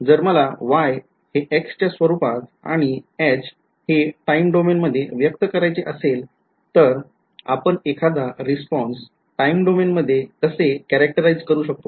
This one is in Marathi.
जर मला y हे x च्या स्वरूपात आणि h हे टाईम डोमेन मध्ये व्यक्त करायचे असेल तर आपण एखादा रिस्पॉन्स टाईम डोमेन मध्ये कसे वैशिष्ट्यीकृत करू शकतो